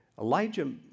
Elijah